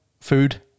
food